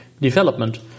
development